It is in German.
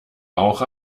auch